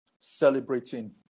celebrating